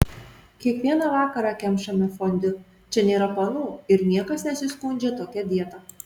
kiekvieną vakarą kemšame fondiu čia nėra panų ir niekas nesiskundžia tokia dieta